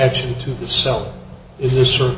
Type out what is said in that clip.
action to the self is this or